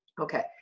okay